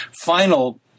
final